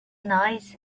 night